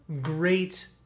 great